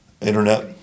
internet